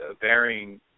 varying